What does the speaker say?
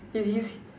he's